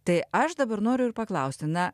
tai aš dabar noriu ir paklausti na